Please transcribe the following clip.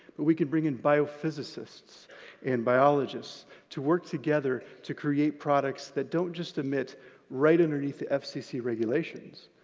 but we could bring in biophysicists and biologists to work together to create products that don't just emit right underneath the fcc regulations,